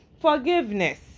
forgiveness